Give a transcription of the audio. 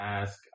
ask